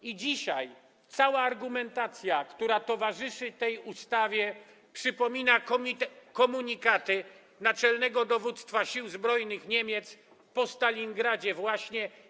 I dzisiaj cała argumentacja, która towarzyszy tej ustawie, przypomina komunikaty naczelnego dowództwa sił zbrojnych Niemiec po Stalingradzie właśnie.